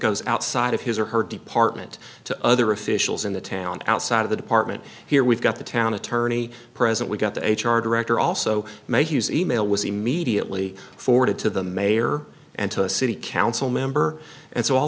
goes outside of his or her department to other officials in the town outside of the department here we've got the town attorney present we've got the h r director also make use e mail was immediately forwarded to the mayor and to a city council member and so all